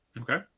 okay